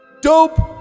dope